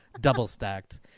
double-stacked